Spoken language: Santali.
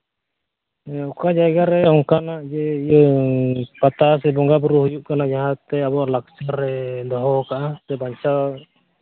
ᱚᱠᱟ ᱡᱟ ᱜᱟ ᱨᱮ ᱚᱝᱠᱟᱱᱟᱜ ᱡᱮ ᱤᱭᱟᱹ ᱯᱟᱛᱟ ᱥᱮ ᱵᱚᱸᱜᱟ ᱵᱳᱨᱳ ᱦᱩᱭᱩᱜ ᱠᱟᱱᱟ ᱡᱟᱦᱟᱸᱛᱮ ᱟᱵᱚᱣᱟᱜ ᱞᱟᱠᱪᱟᱨᱮ ᱫᱚᱦᱚᱣᱟᱠᱟᱜᱼᱟ ᱥᱮ ᱵᱟᱧᱪᱟᱣ